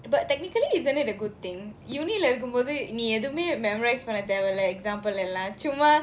but technically isn't that a good thing you only இருக்கும் போது நீ எதுவுமே:irukkum pothu nee ethuvumae memorise பண்ண தேவல்ல:panna thevalla example எல்லாம் சும்மா:ellaam chummaa